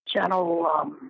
channel